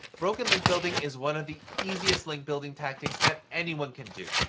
broken link building is one of the easiest link building tactics that anyone can do.